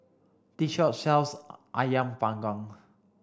this shop sells Ayam panggang